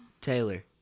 Taylor